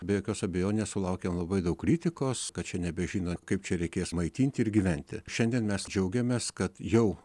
be jokios abejonės sulaukė labai daug kritikos kad čia nebežino kaip čia reikės maitinti ir gyventi šiandien mes džiaugiamės kad jau